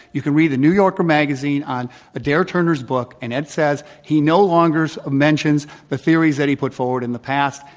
you can read the new yorker magazine on a dair turner's book, and it says, he no longer so ah mentions the theories that he put forward in the past.